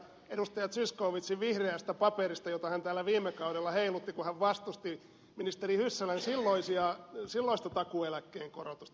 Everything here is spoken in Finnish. zyskowiczin vihreästä paperista jota hän täällä viime kaudella heilutti kun hän vastusti ministeri hyssälän silloista takuueläkkeen korotusta